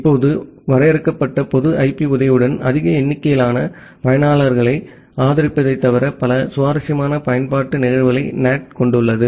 இப்போது வரையறுக்கப்பட்ட பொது ஐபி உதவியுடன் அதிக எண்ணிக்கையிலான பயனர்களை ஆதரிப்பதைத் தவிர பல சுவாரஸ்யமான பயன்பாட்டு நிகழ்வுகளை NAT கொண்டுள்ளது